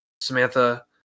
Samantha